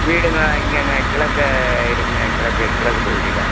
வீடுங்களா இங்கேங்க கிழக்க இருக்குதுங்க கிழக்கு கிழக்கு பகுதியில்